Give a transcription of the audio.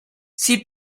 sie